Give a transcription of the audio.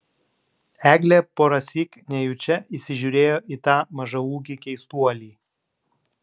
eglė porąsyk nejučia užsižiūrėjo į tą mažaūgį keistuolį